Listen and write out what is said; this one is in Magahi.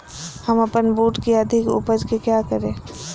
हम अपन बूट की अधिक उपज के क्या करे?